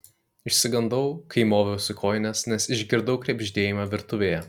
išsigandau kai moviausi kojines nes išgirdau krebždėjimą virtuvėje